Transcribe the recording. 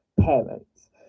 parents